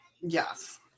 Yes